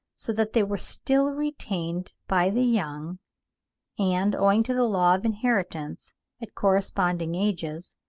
so that they were still retained by the young and, owing to the law of inheritance at corresponding ages,